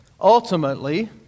Ultimately